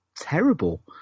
terrible